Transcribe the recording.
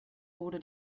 wurde